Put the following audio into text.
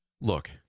Look